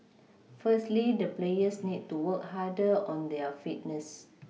firstly the players need to work harder on their Fitness